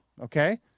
okay